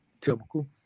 typical